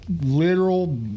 literal